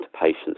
patients